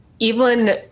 Evelyn